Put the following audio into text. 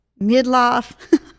midlife